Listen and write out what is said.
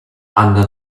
under